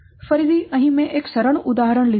તેથી ફરીથી મેં એક સરળ ઉદાહરણ લીધું છે